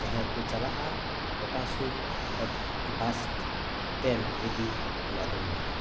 ᱡᱟᱦᱟᱸᱭ ᱠᱚ ᱪᱟᱞᱟᱜᱼᱟ ᱠᱚᱴᱟ ᱥᱳᱨ ᱵᱟᱥ ᱥᱴᱮᱱᱰ ᱨᱮᱜᱮ ᱚᱱᱟ ᱫᱚ ᱢᱮᱱᱟᱜᱼᱟ